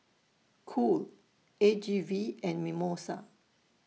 Cool A G V and Mimosa